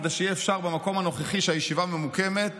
כדי שיהיה אפשר במקום הנוכחי שהישיבה ממוקמת